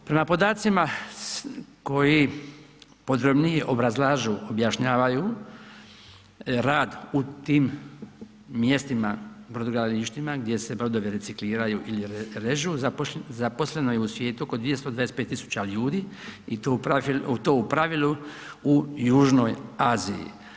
Prema podacima koji potrebni obrazlažu, objašnjavaju rad u tim mjestima brodogradilištima gdje se brodovi recikliraju ili režu zaposleno je u svijetu oko 225 tisuća ljudi i to u pravilu u Južnoj Aziji.